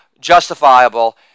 justifiable